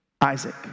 Isaac